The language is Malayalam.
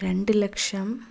രണ്ട് ലക്ഷം